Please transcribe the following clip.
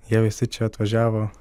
jie visi čia atvažiavo